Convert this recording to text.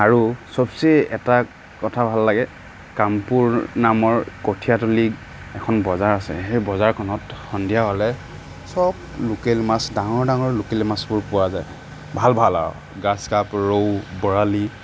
আৰু চবচে এটা কথা ভাল লাগে কামপুৰ নামৰ কঠীয়াতলি এখন বজাৰ আছে সেই বজাৰখনত সন্ধিয়া হ'লে চব লোকেল মাছ ডাঙৰ ডাঙৰ লোকেল মাছবোৰ পোৱা যায় ভাল ভাল আৰু গ্ৰাছ কাপ ৰৌ বৰালি